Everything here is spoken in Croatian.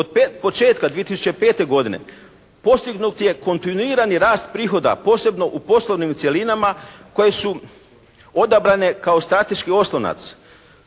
od početka 2005. godine postignut je kontinuirani rast prihoda, posebno u poslovnim cjelinama koje su odabrane kao strateški oslonac,